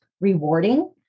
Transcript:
rewarding